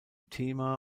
thema